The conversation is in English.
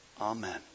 Amen